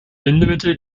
bindemittel